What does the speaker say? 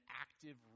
active